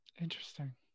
Interesting